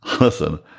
Listen